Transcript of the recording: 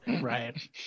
Right